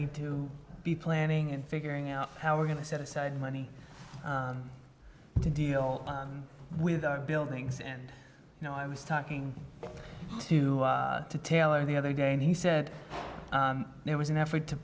need to be planning and figuring out how we're going to set aside money to deal with our buildings and you know i was talking to taylor the other day and he said there was an effort to